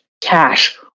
cash